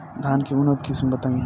धान के उन्नत किस्म बताई?